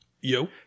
Yo